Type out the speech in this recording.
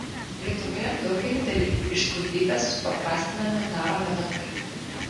lietuvoje daugelį dalykų iš skurdybės supaprastiname darome bet kaip